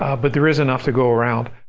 ah but there is enough to go around.